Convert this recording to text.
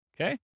Okay